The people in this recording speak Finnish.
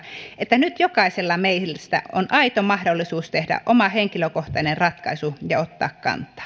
että nyt jokaisella meistä on aito mahdollisuus tehdä oma henkilökohtainen ratkaisu ja ottaa kantaa